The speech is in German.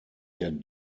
der